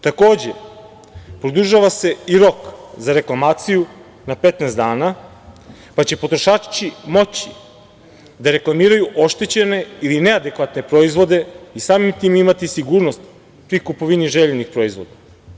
Takođe, produžava se i rok za reklamaciju na petnaest dana, pa će potrošači moći da reklamiraju oštećene ili neadekvatne proizvode i samim tim imati sigurnost pri kupovini željenih proizvoda.